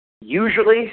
usually